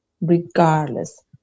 regardless